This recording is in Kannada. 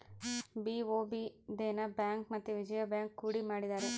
ಬಿ.ಒ.ಬಿ ದೇನ ಬ್ಯಾಂಕ್ ಮತ್ತೆ ವಿಜಯ ಬ್ಯಾಂಕ್ ಕೂಡಿ ಮಾಡಿದರೆ